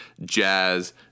jazz